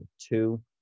two